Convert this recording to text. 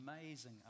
amazing